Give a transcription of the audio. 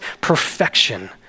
perfection